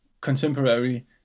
contemporary